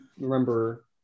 remember